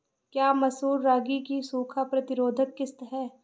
क्या मसूर रागी की सूखा प्रतिरोध किश्त है?